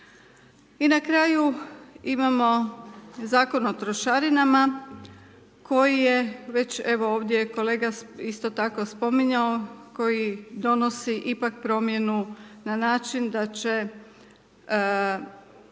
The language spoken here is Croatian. I na kraju imamo Zakon o trošarinama koji je već evo ovdje kolega isto tako spominjao koji donosi ipak promjenu na način da će